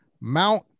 Mount